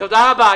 תודה רבה.